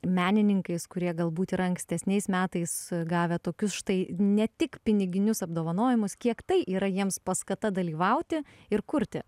menininkais kurie galbūt yra ankstesniais metais gavę tokius štai ne tik piniginius apdovanojimus kiek tai yra jiems paskata dalyvauti ir kurti